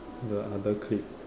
the other clip